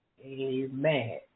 amen